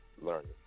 learning